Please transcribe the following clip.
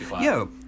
Yo